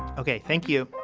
okay. thank you